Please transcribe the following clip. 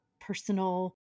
personal